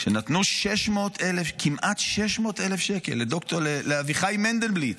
כשנתנו כמעט 600,000 שקל לאביחי מנדלבליט,